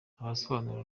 asobanurira